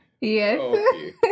Yes